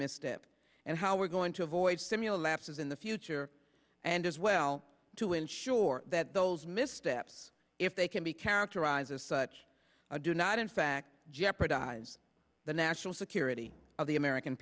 misstep and how we're going to avoid simul lapses in the future and as well to ensure that those missteps if they can be characterized as such are do not in fact jeopardize the national security of the american